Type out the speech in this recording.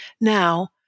Now